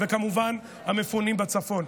וכמובן, המפונים בצפון.